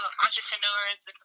entrepreneurs